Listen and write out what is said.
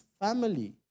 family